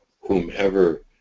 whomever